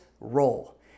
role